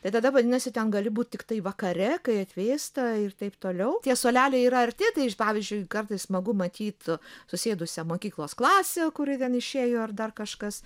tai tada vadinasi ten gali būt tiktai vakare kai atvėsta ir taip toliau tie suoleliai yra arti tai pavyzdžiui kartais smagu matyt susėdusią mokyklos klasę kuris ten išėjo ar dar kažkas